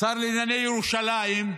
שר לענייני ירושלים,